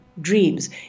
dreams